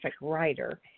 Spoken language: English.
writer